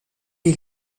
est